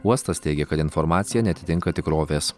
uostas teigė kad informacija neatitinka tikrovės